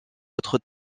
autre